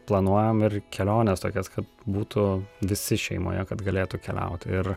planuojam ir keliones tokias kad būtų visi šeimoje kad galėtų keliauti ir